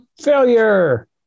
failure